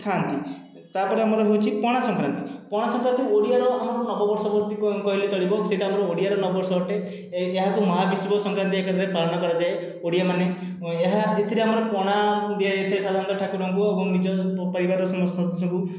ଥାନ୍ତି ତାପରେ ଆମର ହେଉଛି ପଣା ସଂକ୍ରାନ୍ତି ପଣା ସଂକ୍ରାନ୍ତି ଓଡ଼ିଆର ଆମର ନବ ବର୍ଷ ବୋଲି କହିଲେ ଚଳିବ ସେଇଟା ଆମର ଓଡ଼ିଆର ନବ ବର୍ଷ ଅଟେ ଏହାକୁ ମହାବିଷୁବ ସଂକ୍ରାନ୍ତି ଆକାରରେ ପାଳନ କରାଯାଏ ଓଡ଼ିଆମାନେ ଏହା ଏଥିରେ ଆମର ପଣା ଦିଆଯାଇଥାଏ ସାଧାରଣତଃ ଠାକୁରଙ୍କୁ ଏବଂ ନିଜ ପରିବାରର ସମସ୍ତ ସଦସ୍ୟଙ୍କୁ